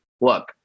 look